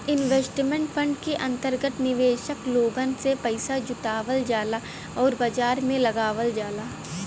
investment fund के अंतर्गत निवेशक लोगन से पइसा जुटावल जाला आउर बाजार में लगावल जाला